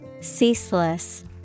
Ceaseless